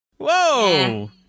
Whoa